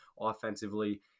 offensively